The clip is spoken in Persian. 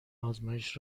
آزمایش